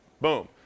Boom